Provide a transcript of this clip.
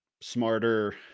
smarter